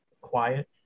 quiet